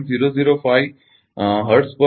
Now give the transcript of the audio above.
005 megawatt દીઠ hertz 0